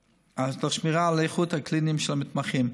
תוך שמירה על האיכות הקלינית של המתמחים.